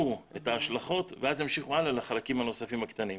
את ההשלכות ואז ימשיכו הלאה לחלקים הנוספים הקטנים.